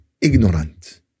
ignorant